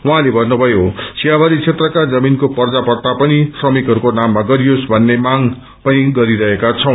उझैंले भन्नुभयो वियावारी क्षेत्रका जमीनको पर्जापट्टा पनि श्रमिकहरूको नाममा गरियोस थत्रे माग पनि गरिरहेका छौ